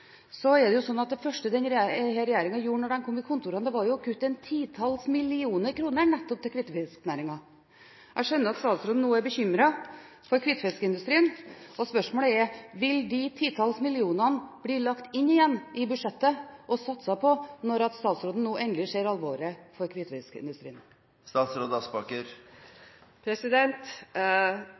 er det slik at det første denne regjeringen gjorde da de kom inn i kontorene, var å kutte et titalls millioner kroner til nettopp hvitfisknæringen. Jeg skjønner at statsråden nå er bekymret for hvitfiskindustrien, og spørsmålet er: Vil de titalls millioner kroner bli lagt inn igjen i budsjettet – og satset på – når statsråden nå endelig ser alvoret for